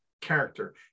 character